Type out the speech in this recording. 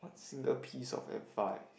single piece of advice